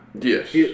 Yes